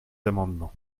amendements